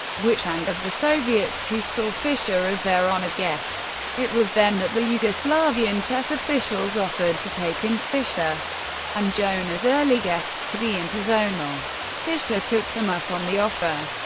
which angered the soviets who saw fischer as their honored guest. it was then that the yugoslavian chess officials offered to take in fischer and joan as early guests to the interzonal. fischer took them up on the offer,